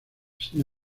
sin